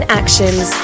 actions